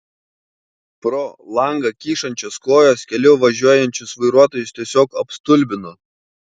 pro langą kyšančios kojos keliu važiuojančius vairuotojus tiesiog apstulbino